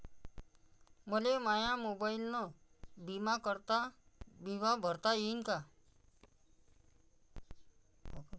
मले माया मोबाईलनं बिमा भरता येईन का?